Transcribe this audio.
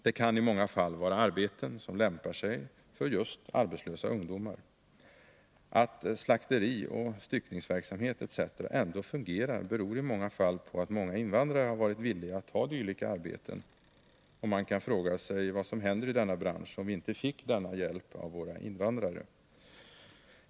Det kan i många fall vara arbeten som lämpar sig för just arbetslösa ungdomar. Att slakterioch styckningsverksamhet etc. ändå fungerar beror i många fall på att många invandrare varit villiga att ta dylika arbeten, och man kan fråga sig vad som händer i denna bransch, om vi inte fick denna hjälp av invandrarna.